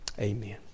Amen